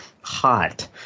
hot